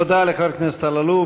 תודה לחבר הכנסת אלאלוף.